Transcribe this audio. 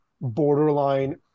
borderline